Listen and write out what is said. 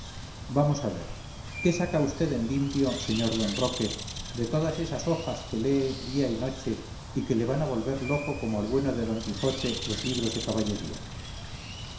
vamos a ver qué saca vd en limpio sr d roque de todas esas hojas que lee día y noche y que le van a volver loco como al bueno de d quijote los libros de caballería